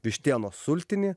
vištienos sultinį